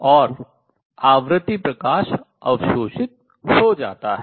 और आवृत्ति प्रकाश अवशोषित हो जाता है